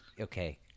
okay